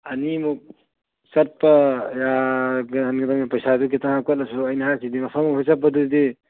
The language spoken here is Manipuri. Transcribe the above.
ꯑꯅꯤꯃꯨꯛ ꯆꯠꯄ ꯄꯩꯁꯥꯁꯨ ꯈꯤꯇꯪ ꯍꯥꯞꯀꯠꯂꯁꯨ ꯑꯩꯅ ꯍꯥꯏꯕꯗꯤ ꯃꯐꯝ ꯑꯃꯈꯛ ꯆꯠꯄꯗꯨꯗꯤ